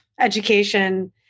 education